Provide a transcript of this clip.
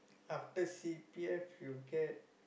after C_P_F you get